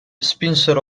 spingono